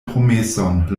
promeson